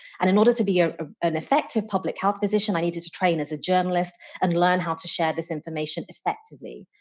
and in order to be ah an effective public health position, i needed to train as a journalist and learn how to share this information effectively.